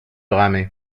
ramer